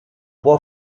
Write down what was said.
può